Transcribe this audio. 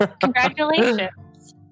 Congratulations